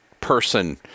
person